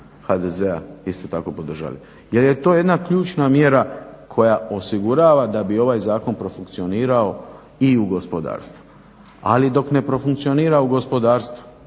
HDZ-a isto tako podržali. Jer je to jedna ključna mjera koja osigurava da bi ovaj zakon profunkcionirao i u gospodarstvu, ali dok ne profunkcionira u gospodarstvu